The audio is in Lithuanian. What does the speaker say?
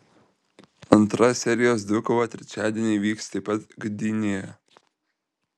antra serijos dvikova trečiadienį įvyks taip pat gdynėje